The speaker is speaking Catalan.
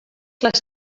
les